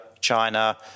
China –